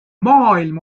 maailm